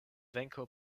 venko